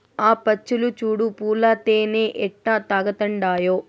ఆ పచ్చులు చూడు పూల తేనె ఎట్టా తాగతండాయో